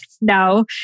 no